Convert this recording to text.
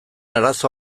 arazo